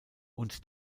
und